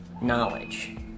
knowledge